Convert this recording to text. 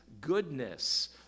goodness